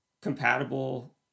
compatible